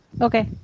Okay